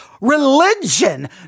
religion